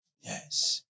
Yes